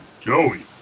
Joey